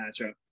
matchup